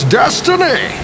destiny